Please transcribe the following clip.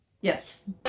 yes